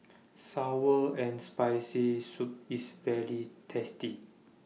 Sour and Spicy Soup IS very tasty